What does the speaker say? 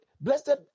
blessed